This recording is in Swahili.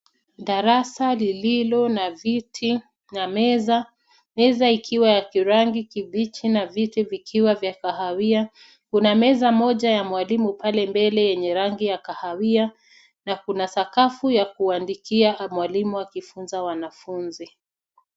Darasa lililo na viti na meza. Meza ikiwa ya kirangi kibichi na viti vikiwa vya kahawia. Kuna meza moja ya mwalimu pale mbele yenye rangi ya kahawia na kuna sakafu ya kuandikia mwalimu akifunza wanafunzi.